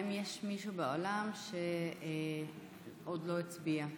האם יש מישהו באולם שעוד לא הצביע?